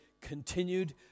continued